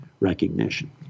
recognition